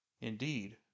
Indeed